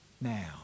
now